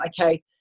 okay